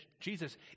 Jesus